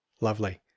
Lovely